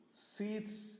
seeds